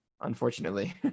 unfortunately